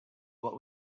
what